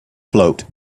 float